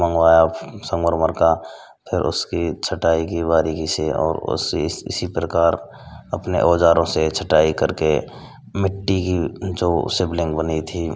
मँगवाया संगमरमर का फिर उसकी छटाई की बारीकी से और उसे इसी प्रकार अपने औजारों से छटाई करके मिट्टी की जो शिव लिंग बनी थी